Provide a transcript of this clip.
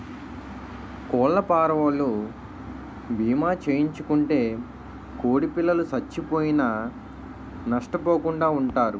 కోళ్లఫారవోలు భీమా చేయించుకుంటే కోడిపిల్లలు సచ్చిపోయినా నష్టపోకుండా వుంటారు